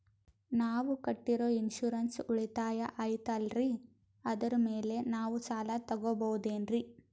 ನಾವು ಕಟ್ಟಿರೋ ಇನ್ಸೂರೆನ್ಸ್ ಉಳಿತಾಯ ಐತಾಲ್ರಿ ಅದರ ಮೇಲೆ ನಾವು ಸಾಲ ತಗೋಬಹುದೇನ್ರಿ?